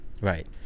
Right